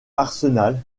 arsenal